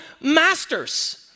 masters